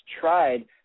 tried